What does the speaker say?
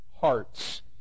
hearts